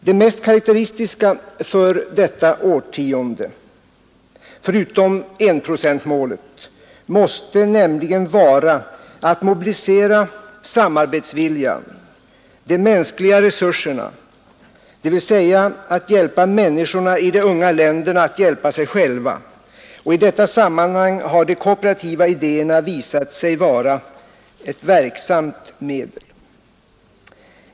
Det mest karakteristiska för detta årtionde, förutom enprocentsmålet, måste nämligen vara att mobilisera samarbetsviljan och de mänskliga resurserna — dvs. att hjälpa människorna i de unga länderna att hjälpa sig själva. Och i detta sammanhang har de kooperativa idéerna visat sig vara ett verksamt medel.